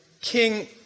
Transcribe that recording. King